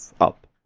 up